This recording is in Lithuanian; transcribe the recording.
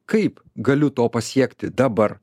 kaip galiu to pasiekti dabar